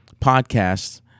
Podcasts